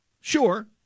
Sure